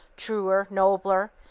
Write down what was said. truer, nobler,